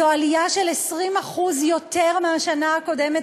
זו עלייה של 20% מהשנה הקודמת,